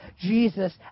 Jesus